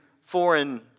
foreign